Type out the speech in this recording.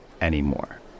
anymore